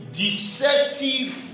deceptive